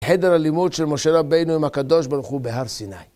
חדר הלימוד של משה רבנו עם הקדוש ברוך הוא בהר סיני.